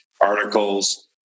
articles